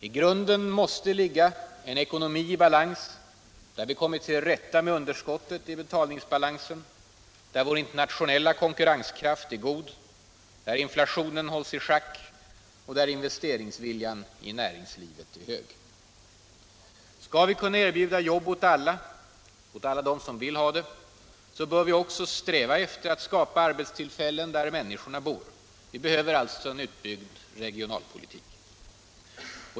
I grunden måste ligga en ekonomi i balans, där vi kommit till rätta med underskottet i betalningsbalansen, där vår internationella konkurrenskraft är god, där inflationen hålls i schack och där investeringsviljan i näringslivet är hög. Skall vi kunna erbjuda jobb åt alla dem som vill ha det, bör vi också sträva efter att skapa arbetstillfällen där människorna bor. Vi behöver alltså en utbyggd regionalpolitik.